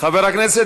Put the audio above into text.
בערכים